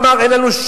אז אתה לא יודע.